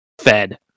Fed